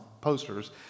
posters